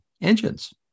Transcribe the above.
engines